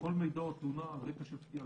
בכל מידע או תלונה על רקע של פגיעה,